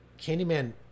Candyman